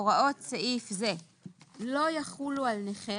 ה)הוראות סעיף זה לא יחולו על נכה